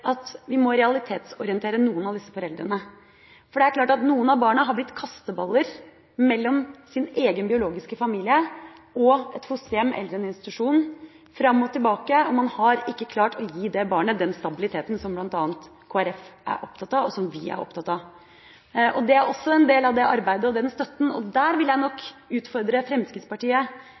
at vi må realitetsorientere noen av disse foreldrene, for noen av barna har blitt kasteballer mellom sin egen biologiske familie og et fosterhjem eller en institusjon – fram og tilbake – og man har ikke klart å gi det barnet den stabiliteten som bl.a. Kristelig Folkeparti og vi er opptatt av. Det er også en del av det arbeidet og den støtten, og jeg vil nok utfordre Fremskrittspartiet